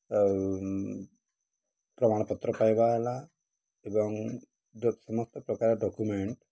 ପ୍ରମାଣପତ୍ର ପାଇବା ହେଲା ଏବଂ ସମସ୍ତ ପ୍ରକାର ଡକୁମେଣ୍ଟ୍